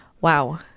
wow